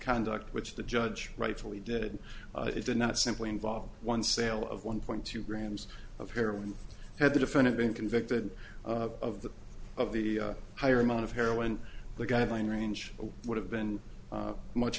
conduct which the judge rightfully did it did not simply involve one sale of one point two grams of heroin had the defendant been convicted of the of the higher amount of heroin the guideline range would have been much